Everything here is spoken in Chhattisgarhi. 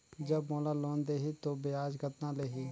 जब मोला लोन देही तो ब्याज कतना लेही?